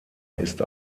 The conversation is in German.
ist